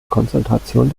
konzentration